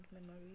memory